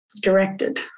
directed